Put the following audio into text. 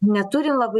neturim labai